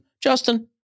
Justin